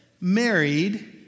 married